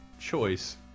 choice